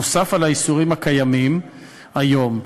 נוסף על האיסורים הקיימים היום,